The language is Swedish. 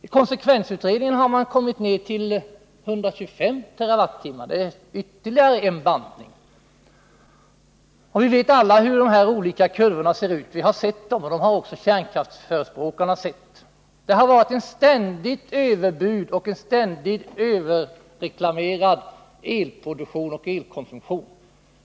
I konsekvensutredningen har man kommit ned till 125 TWh. Det är ytterligare en bantning. Vi vet alla — både kärnkraftsförespråkarna och vi andra — hur dessa olika prognoskurvor ser ut. Det har varit ständiga överbud och ett ständigt överreklamerande av behoven av elkraft.